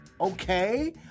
okay